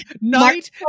Night